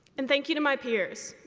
and thank you to my peers.